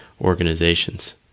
organizations